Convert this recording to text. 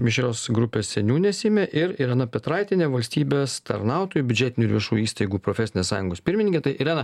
mišrios grupės seniūnė seime ir irena petraitienė valstybės tarnautojų biudžetinių ir viešųjų įstaigų profesinės sąjungos pirmininkė irena